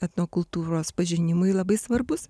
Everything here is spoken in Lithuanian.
etnokultūros pažinimui labai svarbūs